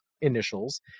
initials